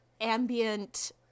ambient